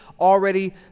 already